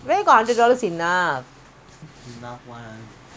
I only I just go marketing ah